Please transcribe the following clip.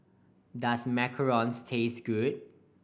does macarons taste good